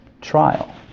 trial